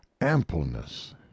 ampleness